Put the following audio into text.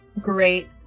great